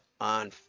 on